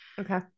Okay